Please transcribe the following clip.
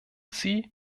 sie